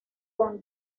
con